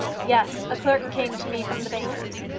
yes a clerk came to me from the banker's.